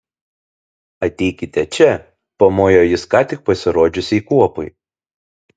ateikite čia pamojo jis ką tik pasirodžiusiai kuopai